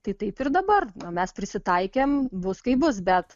tai taip ir dabar mes prisitaikėm bus kaip bus bet